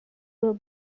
will